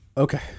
Okay